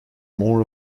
more